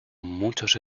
muchos